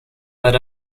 led